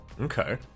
Okay